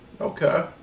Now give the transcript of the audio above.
Okay